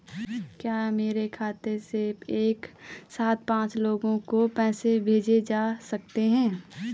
क्या मेरे खाते से एक साथ पांच लोगों को पैसे भेजे जा सकते हैं?